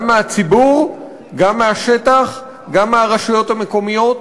גם מהציבור, גם מהשטח, גם מהרשויות המקומיות.